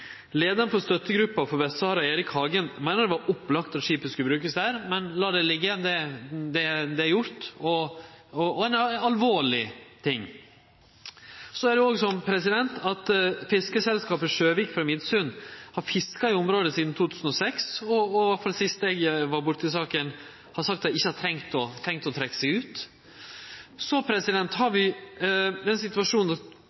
for Støttekomiteen for Vest-Sahara, Erik Hagen, meiner at det var opplagt at skipet skulle brukast der, men lat det liggje. Det er gjort, og det er ei alvorleg sak. Så er det òg slik at fiskeselskapet Sjøvik frå Midsund har fiska i området sidan 2006, og sist eg var borti saka, sa dei at dei ikkje hadde tenkt å trekkje seg ut. Så har